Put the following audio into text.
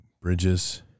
bridges